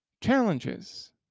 challenges